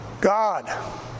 God